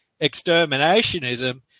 exterminationism